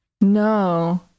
No